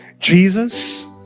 Jesus